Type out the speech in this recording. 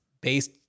based